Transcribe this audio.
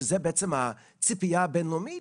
שזאת בעצם הציפייה הבין-לאומית,